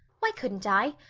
why couldn't i?